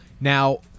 Now